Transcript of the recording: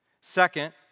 Second